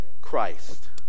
Christ